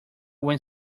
when